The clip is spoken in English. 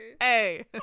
Hey